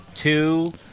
Two